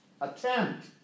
Attempt